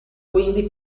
quindi